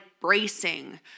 bracing